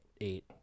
eight